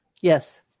Yes